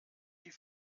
die